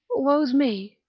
woe's me,